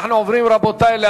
רבותי, אנחנו עוברים להצבעה.